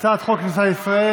הצעת חוק הכניסה לישראל?